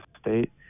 state